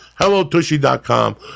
HelloTushy.com